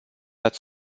ați